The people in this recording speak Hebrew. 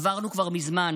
עברנו כבר מזמן.